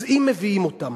אז אם מביאים אותם